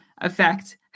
effect